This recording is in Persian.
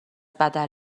بدل